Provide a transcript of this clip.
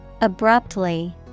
Abruptly